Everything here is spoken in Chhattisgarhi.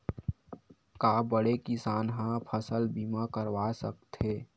का बड़े किसान ह फसल बीमा करवा सकथे?